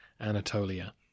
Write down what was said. Anatolia